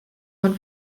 one